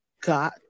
got